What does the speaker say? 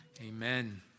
Amen